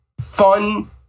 fun